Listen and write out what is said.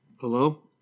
Hello